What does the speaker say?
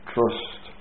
Trust